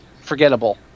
forgettable